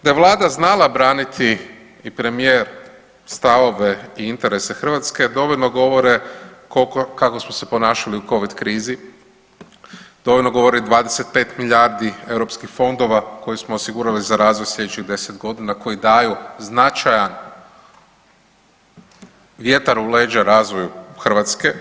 Da je Vlada znala braniti i premijer stavove i interese Hrvatske dovoljno govore kako smo se ponašali i covid krizi, dovoljno govori 25 milijardi europskih fondova koje smo osigurali za razvoj sljedećih 10 godina koji daju značajan vjetar u leđa razvoju Hrvatske.